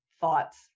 thoughts